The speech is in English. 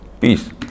peace